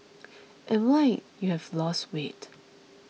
and why you have lost weight